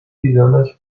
دیدنش